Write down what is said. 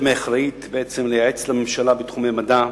האקדמיה אחראית בעצם לייעץ לממשלה בתחומי מדע.